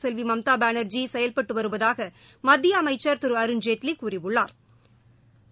செல்வி மம்தா பானா்ஜி செயல்பட்டு வருவதாக மத்திய அமைச்சர் திரு அருண்ஜேட்லி கூறியுள்ளாள்